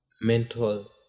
mental